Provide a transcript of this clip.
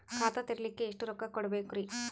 ಖಾತಾ ತೆರಿಲಿಕ ಎಷ್ಟು ರೊಕ್ಕಕೊಡ್ಬೇಕುರೀ?